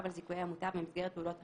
על זיכויי המוטב במסגרת פעולות תשלום,